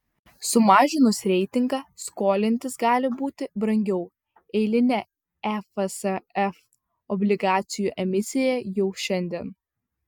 sumažinus reitingą skolintis gali būti brangiau eilinė efsf obligacijų emisija jau šiandien